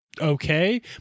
okay